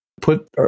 put